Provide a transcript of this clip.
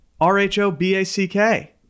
R-H-O-B-A-C-K